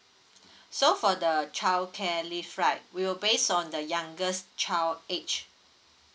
so for the childcare leave right will based on the youngest child age